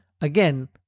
Again